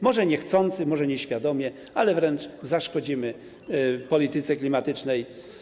Może niechcący, może nieświadomie, ale wręcz zaszkodzimy globalnej polityce klimatycznej.